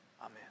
Amen